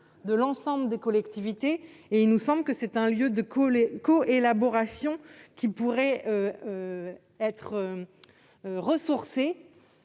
de l'ensemble des collectivités. Il nous semble que ce lieu de coélaboration pourrait être rénové.